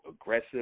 aggressive